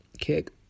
kick